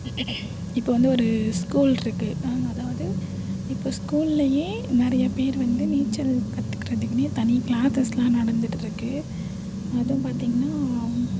இப்போ வந்து ஒரு ஸ்கூல் இருக்குது அதாவது இப்போ ஸ்கூல்லேயே நிறையா பேர் வந்து நீச்சல் கற்றுக்குறதுக்குனே தனி க்ளாஸஸ்லாம் நடந்துகிட்டு இருக்குது அதுவும் பார்த்திங்கனா